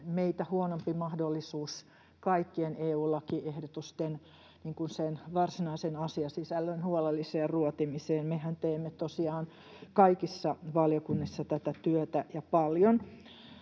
meitä huonompi mahdollisuus kaikkien EU:n lakiehdotusten varsinaisen asiasisällön huolelliseen ruotimiseen — mehän teemme tosiaan kaikissa valiokunnissa tätä työtä ja paljon.